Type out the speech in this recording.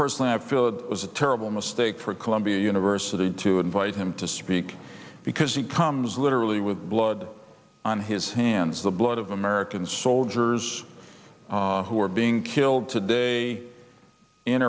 personally i feel it was a terrible mistake for columbia university to invite him to speak because he comes literally with blood on his hands the blood of american soldiers who are being killed today in